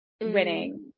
winning